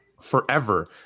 forever